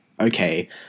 okay